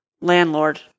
landlord